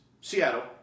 Seattle